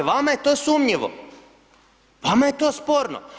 Vama je to sumnjivo, vama je to sporno.